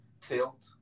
tilt